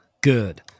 Good